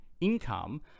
income